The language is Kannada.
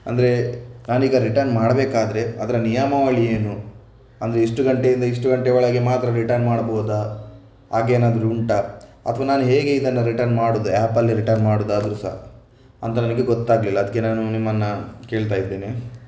ಅಂದರೆ ನಾನೀಗ ರಿಟರ್ನ್ ಮಾಡಬೇಕಾದರೆ ಅದರ ನಿಯಮಾವಳಿ ಏನು ಅಂದರೆ ಇಷ್ಟು ಗಂಟೆಯಿಂದ ಇಷ್ಟು ಗಂಟೆ ಒಳಗೆ ಮಾತ್ರ ರಿಟರ್ನ್ ಮಾಡಬಹುದಾ ಹಾಗೇನಾದರೂ ಉಂಟಾ ಅಥವಾ ನಾನು ಹೇಗೆ ಇದನ್ನು ರಿಟರ್ನ್ ಮಾಡುವುದು ಆ್ಯಪಲ್ಲಿ ರಿಟರ್ನ್ ಮಾಡುವುದಾದ್ರು ಸಹ ಅಂತ ನನಗೆ ಗೊತ್ತಾಗಲಿಲ್ಲ ಅದಕ್ಕೆ ನಾನು ನಿಮ್ಮನ್ನು ಕೇಳ್ತಾ ಇದ್ದೇನೆ